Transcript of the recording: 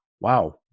wow